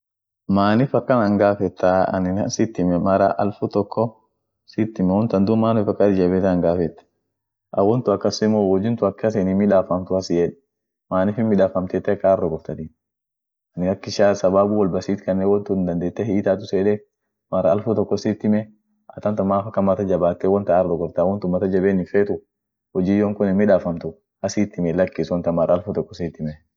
Canadanii ada ishiani ishi beresun french iyo britishit kas jira dumi ada ishiani ada lila jirtu inama amerikat achisun jira dumi ada ishiani taa ak sagale dabatiafaa iyo baresatiafa iyo amine mchezo, mchezonen biriyai dini ishianin gudion kiristoa